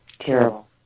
Terrible